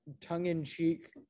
tongue-in-cheek